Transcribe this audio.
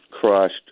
crushed